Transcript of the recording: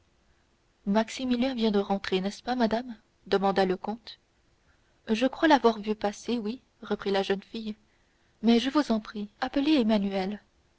maximilien vient de rentrer n'est-ce pas madame demanda le comte je crois l'avoir vu passer oui reprit la jeune femme mais je vous en prie appelez emmanuel